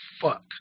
fuck